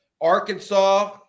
Arkansas